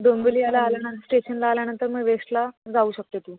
डोंबिवलीला आल्यानंतर स्टेशनला आल्यानंतर मग वेश्टला जाऊ शकते तू